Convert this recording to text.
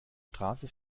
straße